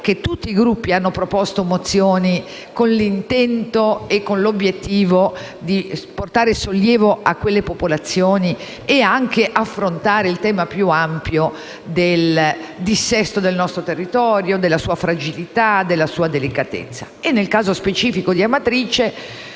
che tutti i Gruppi hanno proposto mozioni con l'intento e con l'obiettivo di portare sollievo a quelle popolazioni e anche di affrontare il tema più ampio del dissesto del nostro territorio, della sua fragilità, della sua delicatezza nel caso specifico di Amatrice,